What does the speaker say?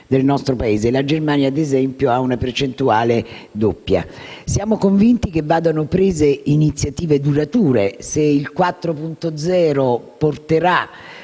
del nostro Paese (la Germania, ad esempio, ha una percentuale doppia). Siamo convinti che debbano essere prese iniziative durature, se il Piano